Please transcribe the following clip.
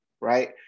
right